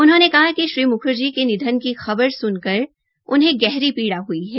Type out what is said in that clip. उन्होंने कहा कि श्री म्खर्जी के निधन की खबर सूना उन्हें गहरी पीडा हई है